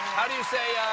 how do you say